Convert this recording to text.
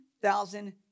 thousand